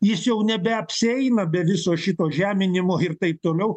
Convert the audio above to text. jis jau nebeapsieina be viso šito žeminimo ir taip toliau